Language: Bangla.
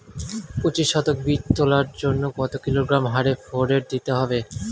পঁচিশ শতক বীজ তলার জন্য কত কিলোগ্রাম হারে ফোরেট দিতে হবে?